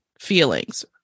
feelings